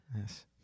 Yes